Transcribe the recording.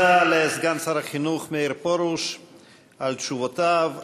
תודה לסגן שר החינוך מאיר פרוש על תשובותיו.